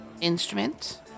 instrument